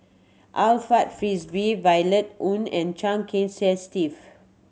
Alfred Frisby Violet Oon and Chia Kiah Steve